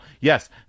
Yes